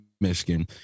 Michigan